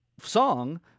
song